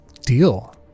deal